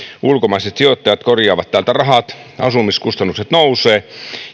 ulkomaiset sijoittajat korjaavat täältä rahat asumiskustannukset nousevat